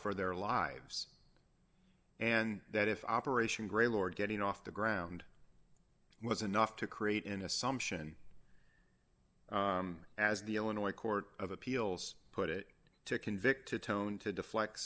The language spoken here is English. for their lives and that if operation gray lord getting off the ground was enough to create an assumption as the illinois court of appeals put it to convict a tone to deflect